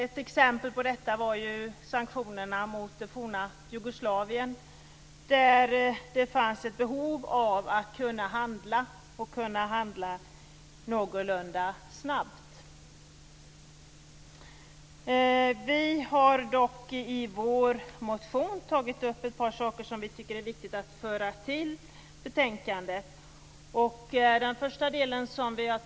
Ett exempel på detta var sanktionerna mot det forna Jugoslavien, där det fanns ett behov av att kunna handla någorlunda snabbt. Vi har i vår motion tagit upp ett par saker som vi tyckt att det varit viktigt att få behandlade i utskottet.